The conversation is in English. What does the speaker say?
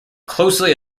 closely